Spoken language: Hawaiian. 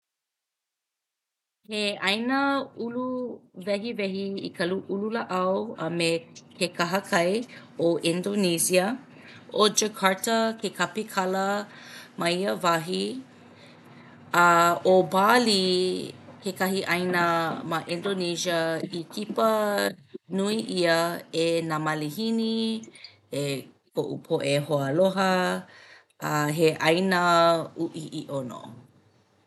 He 'āina uluwehiwehi i ka lu ulu lāʻau a me ke kahakai ʻo Indonesia. ʻO Jakarta ke kapikala ma ia wahi. ʻO Bali kekahi ʻāina ma Indonesia i kipa nui ʻia e nā malihini e koʻu poʻe hoaaloha a he ʻāina uʻi iʻo nō.